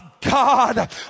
God